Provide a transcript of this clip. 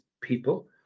people